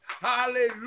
Hallelujah